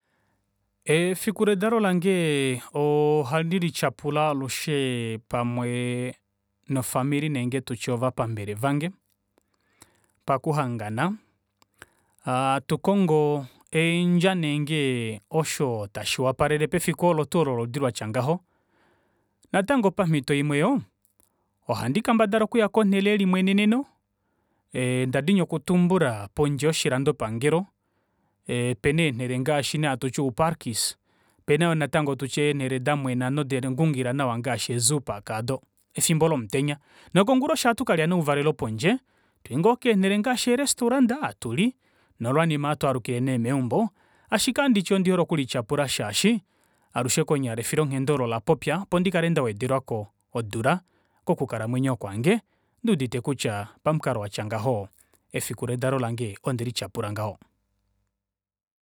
Efiku ledalo lange ohandi lityapula oo ohandi lityapula alushe pamwe nofamili nenge tutye ovapambele vange pakuhangana hatukongo eendja nenge osho tashi wapalele pefiku olo twoo olo loludi latya ngaho natango pamito imwe yoo ohandi kendabala okuya konele yelimweneneno ee nda dini okutumbula pondje yoshilanda pangelo ee opena eenele ngaashi ouparkis opena yoo natango eenele damwena noda ngungingila nawa ngaashi eezoopark aado. Efimbo lomutenya nokonguloshi ohatu kalya nee ouvalelelo pondje hatu ngoo kenele ngaashi ee restaurants hatuli, nolwanima ohatwaalukile nee meumbo ashike ohanditi ondihole oku lityapula shaashi alushe konyala efilonghenda olo lapopya opo ndikale ndawedelwako odula kokukala mwenyo kwange, nduudite kutya pamukalo watya ngaho efiku ledalo lange ondeli tyapula ngaho.